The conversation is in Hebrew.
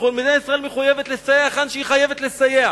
מדינת ישראל מחויבת לסייע היכן שהיא חייבת לסייע,